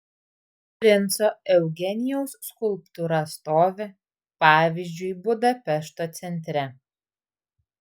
princo eugenijaus skulptūra stovi pavyzdžiui budapešto centre